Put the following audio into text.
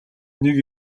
нэг